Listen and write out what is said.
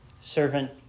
Servant